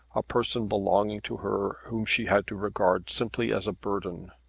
a person belonging to her whom she had to regard simply as a burden.